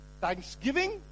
Thanksgiving